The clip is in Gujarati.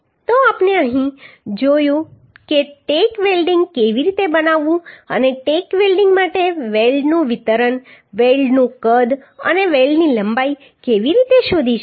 તો આપણે અહીં જોયું કે ટેક વેલ્ડીંગ કેવી રીતે બનાવવું અને ટેક વેલ્ડીંગ માટે વેલ્ડનું વિતરણ વેલ્ડનું કદ અને વેલ્ડની લંબાઈ કેવી રીતે શોધી શકાય